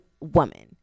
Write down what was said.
woman